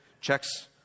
checks